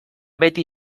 beti